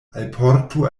alportu